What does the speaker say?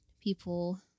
people